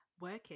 Working